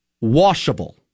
washable